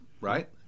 right